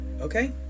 Okay